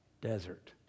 Desert